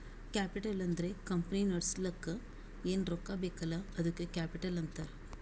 capital ಅಂದುರ್ company ನಡುಸ್ಲಕ್ ಏನ್ ರೊಕ್ಕಾ ಬೇಕಲ್ಲ ಅದ್ದುಕ ಕ್ಯಾಪಿಟಲ್ ಅಂತಾರ್